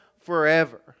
forever